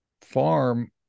farm